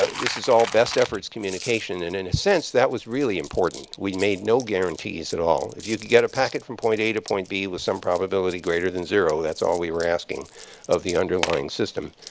this is all best efforts communication. and in a sense, that was really important. we made no guarantees at all. if you could get a packet from point a to point b with some probability greater than zero, that's all we were asking of the underlying system.